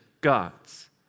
gods